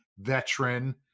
veteran